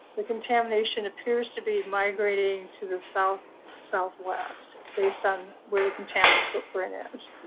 the contamination appears to be migrating to the south southwest, based on where the contaminant footprint is.